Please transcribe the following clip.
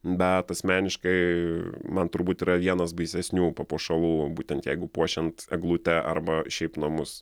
bet asmeniškai man turbūt yra vienas baisesnių papuošalų būtent jeigu puošiant eglutę arba šiaip namus